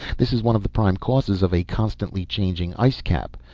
this is one of the prime causes of a constantly changing icecap.